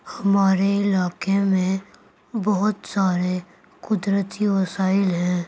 ہمارے علاقے میں بہت سارے قدرتی وسائل ہیں